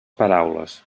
paraules